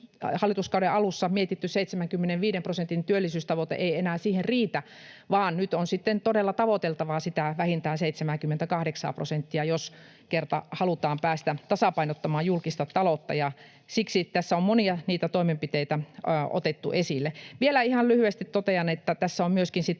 hallituskauden alussa mietitty 75 prosentin työllisyystavoite enää riitä, vaan nyt on sitten todella tavoiteltava sitä vähintään 78 prosenttia, jos kerta halutaan päästä tasapainottamaan julkista taloutta. Ja siksi tässä on monia niitä toimenpiteitä otettu esille. Vielä ihan lyhyesti totean, että tässä on myöskin sitten